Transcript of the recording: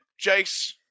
Jace